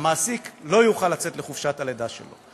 המעסיק לא יוכל לצאת לחופשת הלידה שלו.